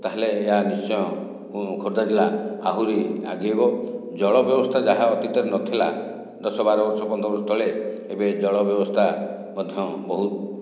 ତାହେଲେ ଏହା ନିଶ୍ଚୟ ଖୋର୍ଦ୍ଧା ଜିଲ୍ଲା ଆହୁରି ଆଗେଇବ ଜଳ ବ୍ୟବସ୍ଥା ଯାହା ଅତୀତରେ ନଥିଲା ଦଶ ବାର ବର୍ଷ ପନ୍ଦର ବର୍ଷ ତଳେ ଏବେ ଜଳ ବ୍ୟବସ୍ଥା ମଧ୍ୟ ବହୁତ